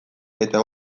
eta